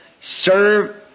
serve